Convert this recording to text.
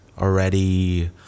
already